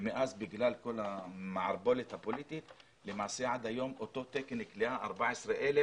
ומאז בגלל כל המערבולת הפוליטית עד היום יש אותו תקן כליאה של 14,000